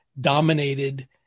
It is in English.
dominated